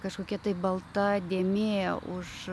kažkokia tai balta dėmė už